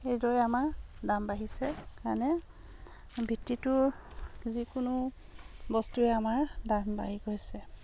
সেইদৰে আমাৰ দাম বাঢ়িছে কাৰণে বৃত্তিটোৰ যিকোনো বস্তুৱে আমাৰ দাম বাঢ়ি গৈছে